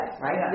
right